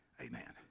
Amen